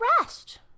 rest